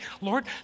Lord